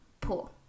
pool